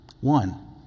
One